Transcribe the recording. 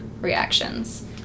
reactions